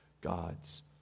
God's